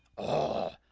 oh! ah,